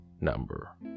number